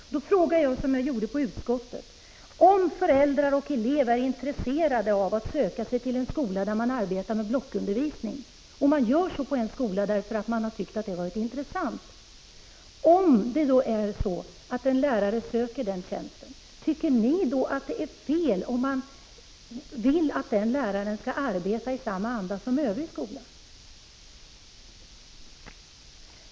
Jag ställer samma fråga som jag gjorde i utskottet. Låt oss anta att elev och föräldrar sökt sig till en skola som arbetar med blockundervisning därför att de — och även skolan — tycker att sådan undervisning är intressant. Anser ni då att det är fel att man vill att en lärare som söker tjänst vid en sådan skola skall arbeta i samma anda som övriga i skolan?